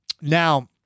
now